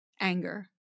anger